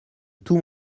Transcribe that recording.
tout